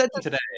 today